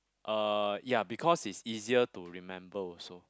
uh ya because it's easier to remember also